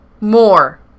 more